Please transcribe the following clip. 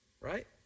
right